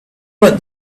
what